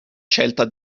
scelta